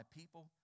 people